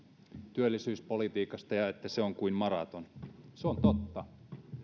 työllisyyspolitiikasta että se on kuin maraton se on totta